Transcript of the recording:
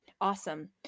Awesome